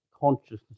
consciousness